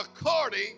according